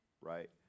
right